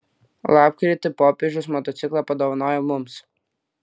lapkritį popiežius motociklą padovanojo mums